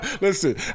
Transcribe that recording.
Listen